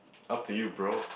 up to you bro